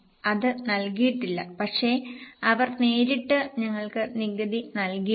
അത് നൽകിയിട്ടില്ല പക്ഷേ അവർ നേരിട്ട് ഞങ്ങൾക്ക് നികുതി നൽകിയിട്ടുണ്ട്